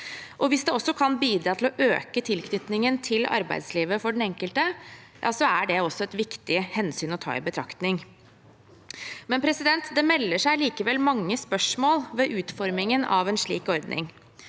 Hvis det også kan bidra til å øke tilknytningen til arbeidslivet for den enkelte – ja, så er det også et viktig hensyn å ta i betraktning. Det melder seg likevel mange spørsmål ved utformingen av en slik ordning.